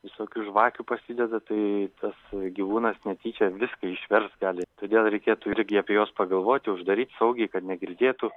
visokių žvakių pasideda tai tas gyvūnas netyčia viską išverst gali todėl reikėtų irgi apie juos pagalvoti uždaryt saugiai kad negirdėtų